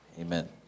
amen